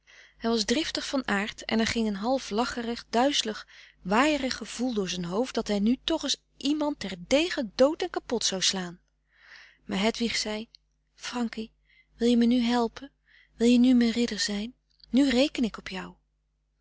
hij was driftig van aard en er ging een half lacherig duizelig waaierig gevoel door zijn hoofd dat hij nu toch eens iemand ter dege dood en kapot zou slaan maar hedwig zei frankie wil je me nu helpe wil je nu m'n ridder zijn nu reken ik op jou